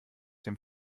dem